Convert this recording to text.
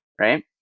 right